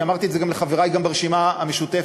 אני אמרתי את זה גם לחברי ברשימה המשותפת,